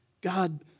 God